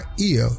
ear